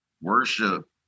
worship